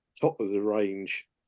top-of-the-range